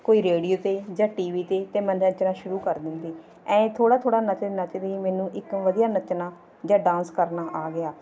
ਕੋਈ ਰੇਡੀਓ 'ਤੇ ਜਾਂ ਟੀ ਵੀ 'ਤੇ ਅਤੇ ਮੈਂ ਨੱਚਣਾ ਸ਼ੁਰੂ ਕਰ ਦਿੰਦੀ ਐਂ ਥੋੜ੍ਹਾ ਥੋੜ੍ਹਾ ਨੱਚਦੇ ਨੱਚਦੇ ਮੈਨੂੰ ਇੱਕ ਵਧੀਆ ਨੱਚਣਾ ਜਾਂ ਡਾਂਸ ਕਰਨਾ ਆ ਗਿਆ